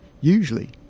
Usually